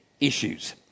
issues